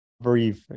breathe